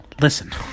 Listen